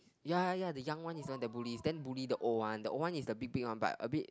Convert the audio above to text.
ya ya ya the young one is one of the bullies then bully the old one the old one is the big big one but a bit